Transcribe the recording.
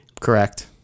correct